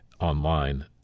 online